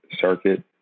circuit